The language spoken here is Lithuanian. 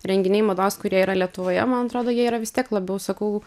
renginiai mados kurie yra lietuvoje man atrodo jie yra vis tiek labiau sakau